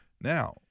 Now